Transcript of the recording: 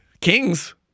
Kings